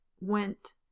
went